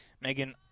Megan